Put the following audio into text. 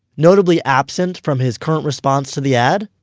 notably absent from his current response to the ad?